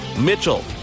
Mitchell